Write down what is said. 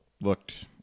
looked